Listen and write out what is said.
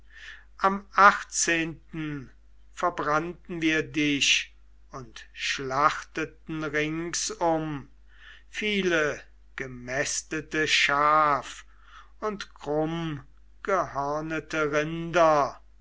am achtzehnten verbrannten wir dich und schlachteten ringsum viele gemästete schaf und krummgehörnete rinder